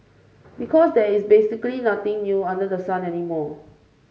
because there's basically nothing new under the sun anymore